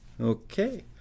Okay